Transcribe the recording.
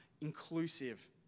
inclusive